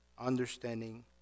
understanding